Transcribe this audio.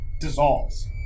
dissolves